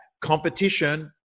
competition